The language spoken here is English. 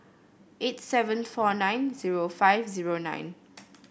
eight seven four nine zero five zero nine